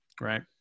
right